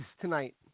tonight